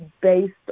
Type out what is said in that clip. based